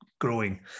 growing